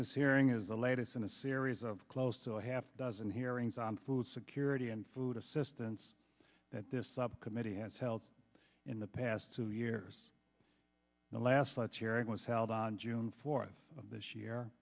this hearing is the latest in a series of close to a half dozen hearings on food security and food assistance that this subcommittee has held in the past two years the last last year it was held on june fourth of this year